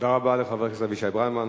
תודה רבה לחבר הכנסת אבישי ברוורמן.